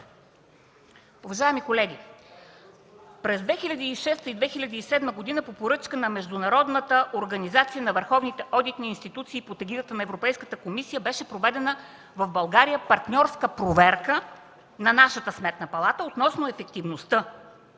Уважаеми колеги, през 2006 и 2007 г. по поръчка на Международната организация на върховните одитни институции под егидата на Европейската комисия в България беше проведена партньорска проверка на нашата Сметна палата относно ефективността